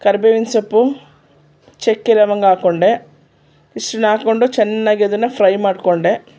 ಕರ್ಬೇವಿನ ಸೊಪ್ಪು ಚಕ್ಕೆ ಲವಂಗ ಹಾಕ್ಕೊಂಡೆ ಇಷ್ಟನ್ನ ಹಾಕ್ಕೊಂಡು ಚೆನ್ನಾಗಿ ಅದನ್ನು ಫ್ರೈ ಮಾಡಿಕೊಂಡೆ